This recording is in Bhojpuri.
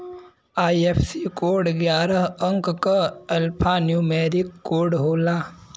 आई.एफ.एस.सी कोड ग्यारह अंक क एल्फान्यूमेरिक कोड होला